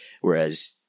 whereas